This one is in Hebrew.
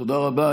תודה רבה.